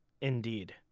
Indeed